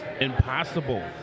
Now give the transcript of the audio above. impossible